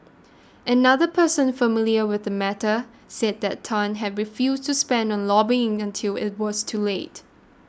another person familiar with the matter said that Tan had refused to spend on lobbying until it was too late